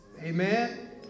Amen